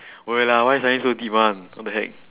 !oi! lah why suddenly so deep one what the heck